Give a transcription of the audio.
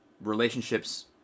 relationships